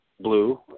blue